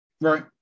Right